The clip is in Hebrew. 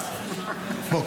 בוא,